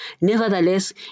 Nevertheless